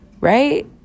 right